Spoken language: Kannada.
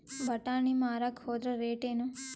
ಬಟಾನಿ ಮಾರಾಕ್ ಹೋದರ ರೇಟೇನು?